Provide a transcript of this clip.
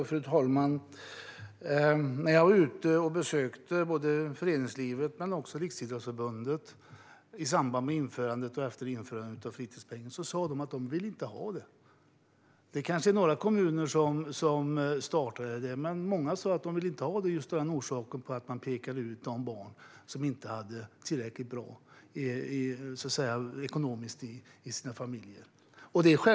Fru talman! När jag besökte föreningslivet och Riksidrottsförbundet i samband med och efter införandet av fritidspengen sa de att de inte ville ha den. Det kanske var några kommuner som startade satsningen, men många sa att de inte ville ha pengen just av anledningen att man pekade ut de barn som inte hade det tillräckligt bra ekonomiskt i sina familjer.